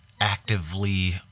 actively